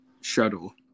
shuttle